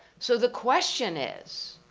so the question is,